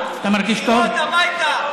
הביתה.